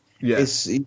Yes